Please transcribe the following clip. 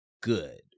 good